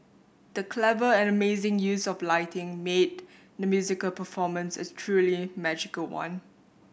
the clever and amazing use of lighting made the musical performance a truly magical one